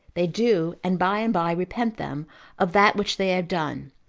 they do, and by-and-by repent them of that which they have done,